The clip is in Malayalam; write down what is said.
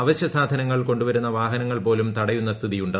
അവശ്യസാധനങ്ങൾ കൊണ്ടുവരുന്ന വാഹനങ്ങൾ പോലും തടയുന്ന സ്ഥിതിയുണ്ട്